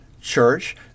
Church